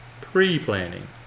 Pre-planning